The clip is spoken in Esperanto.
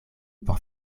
por